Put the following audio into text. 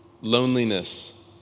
loneliness